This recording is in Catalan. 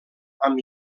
amb